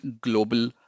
global